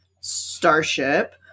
starship